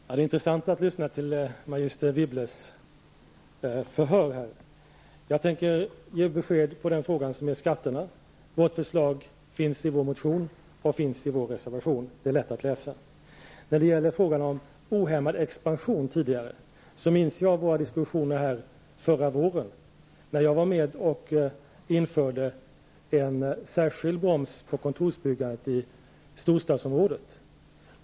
Herr talman! Det är intressant att lyssna till magister Wibbles förhör här. Jag tänker ge besked på frågan om skatterna. Vårt förslag finns i vår motion och i vår reservation; det är lätt att läsa. När det gäller frågan om ohämmad expansion tidigare, så minns jag våra diskussioner här förra våren, när jag var med och införde en särskild broms på kontorsbyggandet i storstadsområdet.